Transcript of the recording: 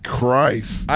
Christ